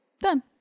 done